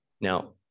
Now